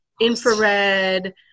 infrared